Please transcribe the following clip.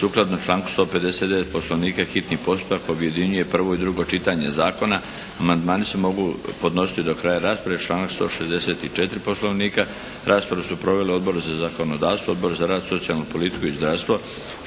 Sukladno članku 159. Poslovnika hitni postupak objedinjuje prvo i drugo čitanje zakona. Amandmani se mogu podnositi do kraja rasprave članak 164. Poslovnika. Raspravu su proveli Odbor za zakonodavstvo, Odbor za rad, socijalnu politiku i zdravstvo.